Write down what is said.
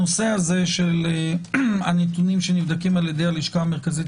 הנושא הזה של הנתונים שנבדקים על ידי הלשכה המרכזית